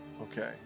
okay